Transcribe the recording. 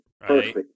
perfect